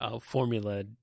formula